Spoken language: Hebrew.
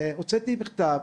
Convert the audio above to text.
והוצאתי מכתב,